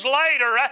later